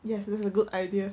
yes that's a good idea